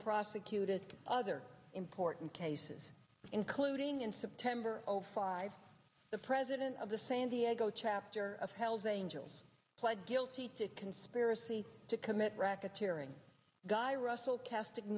prosecuted other important cases including in september over five the president of the san diego chapter of hells angels pled guilty to conspiracy to commit racketeering guy russell casting